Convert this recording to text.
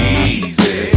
easy